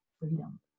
freedom